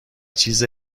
چیز